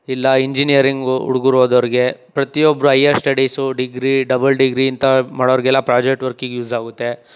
ಇಲ್ಲ ಇಂಜಿನಿಯರಿಂಗು ಹುಡುಗರು ಓದೋರಿಗೆ ಪ್ರತಿ ಒಬ್ಬರು higher studies degree double degree ಇಂಥ ಮಾಡೋವ್ರಿಗೆಲ್ಲ ಪ್ರಾಜೆಕ್ಟ್ ವರ್ಕಿಗೆ ಯೂಸ್ ಆಗುತ್ತೆ